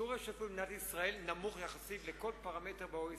שיעור ההשתתפות במדינת ישראל נמוך יחסית לכל פרמטר ב-OECD.